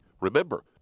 Remember